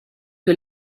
que